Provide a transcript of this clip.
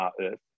Earth